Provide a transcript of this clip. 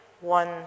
one